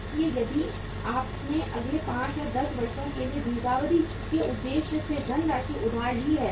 इसलिए यदि आपने अगले 5 10 वर्षों के लिए दीर्घावधि के उद्देश्य से धनराशि उधार ली है